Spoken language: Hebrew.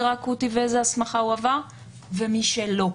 האקוטי ואיזה הסמכה הוא עבר ומי שלא.